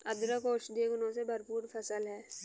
अदरक औषधीय गुणों से भरपूर फसल है